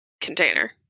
container